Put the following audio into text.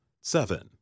seven